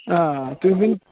آ آ تُہۍ ؤنۍ